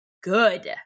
good